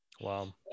Wow